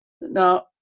Now